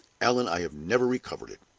allan i have never recovered it.